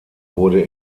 wurde